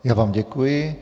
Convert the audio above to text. Já vám děkuji.